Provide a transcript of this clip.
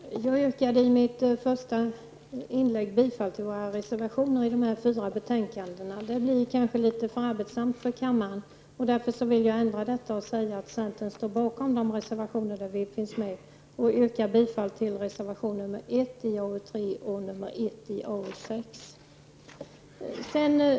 Fru talman! Jag yrkade i mitt första inlägg bifall till våra reservationer i dessa fyra betänkanden. Det blir kanske lite för arbetsamt för kammaren, och därför vill jag ändra detta och säga att centern står bakom de reservationer där vi finns med. Jag yrkar bifall till reservation 1 i arbetsmarknadsutskottets betänkande 3 och reservation 1 i arbetsmarknadsutskottets betänkande 6.